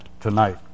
tonight